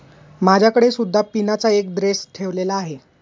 माझ्याकडे सुद्धा पिनाचा एक ड्रेस ठेवलेला आहे